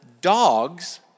Dogs